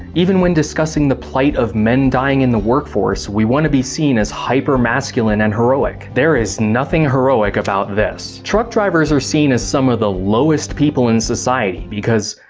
even when discussing the plight of men dying in the workforce, we want to be seen as hypermasculine and heroic. there's nothing heroic about this. truck drivers are seen as some of the lowest people in society because,